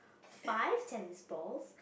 five tennis balls